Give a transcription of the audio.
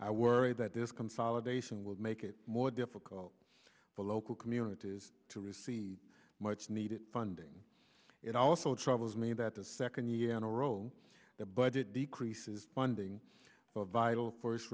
i worry that this consolidation will make it more difficult for local communities to receive much needed funding it also troubles me that the second year in a row that budget decreases funding for vital f